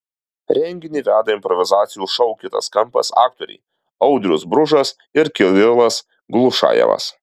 renginį veda improvizacijų šou kitas kampas aktoriai audrius bružas ir kirilas glušajevas